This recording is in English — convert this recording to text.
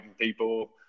people